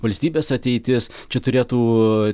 valstybės ateitis čia turėtų